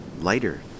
Lighter